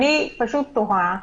אני תוהה,